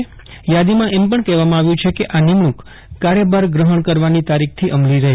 થાદીમાં એમ કહેવામાં આવ્યું છે કે આ નિમણૂક કાર્યભાર ગ્રહણ કરવાની તારીખથી અમલી રહેશે